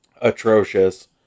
atrocious